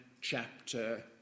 chapter